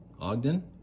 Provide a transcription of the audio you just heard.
ogden